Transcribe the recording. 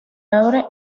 abre